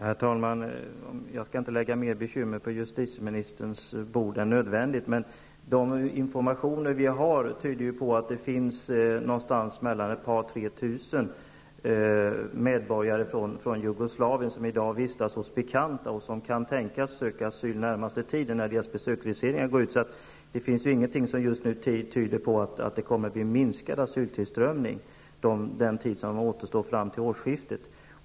Herr talman! Jag skall inte lägga fler bekymmer på justitieministerns bord än nödvändigt, men de informationer som vi har tyder på att det finns någonstans mellan 2 000 och 3 000 medborgare från Jugoslavien som i dag vistas hos bekanta och som kan tänkas söka asyl den närmaste tiden när deras besöksvisering har gått ut. Så det finns ingenting som just nu tyder på att det kommer att bli en minskad asyltillströmning under den tid som återstår fram till årsskiftet.